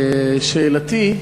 שאלתי,